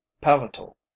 Palatal